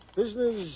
business